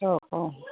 औ औ